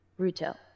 Ruto